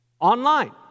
online